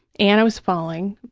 and i was falling,